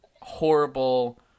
horrible